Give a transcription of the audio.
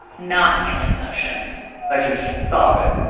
not feeling emotions i can stop it.